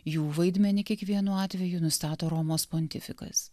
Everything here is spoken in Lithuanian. jų vaidmenį kiekvienu atveju nustato romos pontifikas